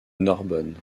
narbonne